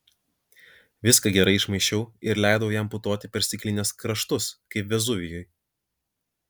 viską gerai išmaišiau ir leidau jam putoti per stiklinės kraštus kaip vezuvijui